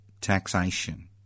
taxation